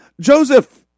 Joseph